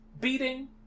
Beating